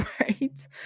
right